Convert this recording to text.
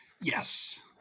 Yes